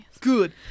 good